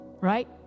right